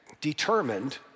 determined